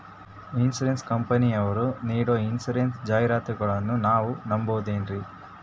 Insurance ಕಂಪನಿಯರು ನೀಡೋ insurance ಜಾಹಿರಾತುಗಳನ್ನು ನಾವು ನಂಬಹುದೇನ್ರಿ?